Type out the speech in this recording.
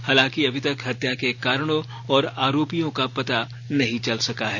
हालांकि अभी तक हत्या के कारणों और आरोपियों का पता नहीं चल सका है